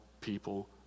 people